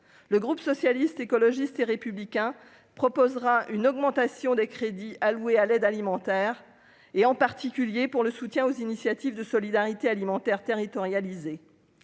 le groupe socialiste, écologiste et républicain proposera une augmentation des crédits alloués à l'aide alimentaire et en particulier pour le soutien aux initiatives de solidarité alimentaire territorialisée